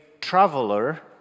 traveler